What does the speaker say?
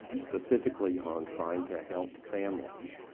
specifically on trying to help families.